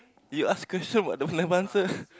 you ask question but never answer